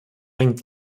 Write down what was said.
hängt